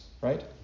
Right